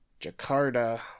Jakarta